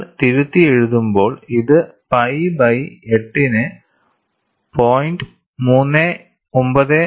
നിങ്ങൾ തിരുത്തിയെഴുതുമ്പോൾ ഇത് പൈ ബൈ 8 നെ 0